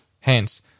Hence